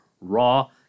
Raw